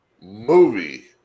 movie